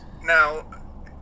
Now